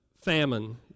famine